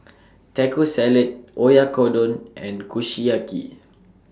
Taco Salad Oyakodon and Kushiyaki